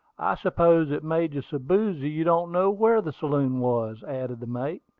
i suppose it made you so boozy you don't know where the saloon was, added the mate,